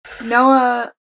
Noah